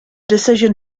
decision